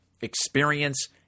experience